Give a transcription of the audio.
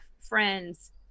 friends